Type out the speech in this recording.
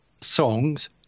songs